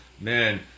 man